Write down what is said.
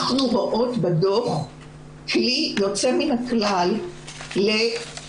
אנחנו רואות בדוח כלי יוצא מן הכלל ללימוד